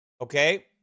okay